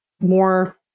more